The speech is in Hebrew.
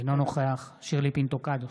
אינו נוכח שירלי פינטו קדוש,